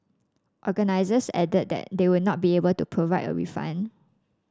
organisers added that they would not be able to provide a refund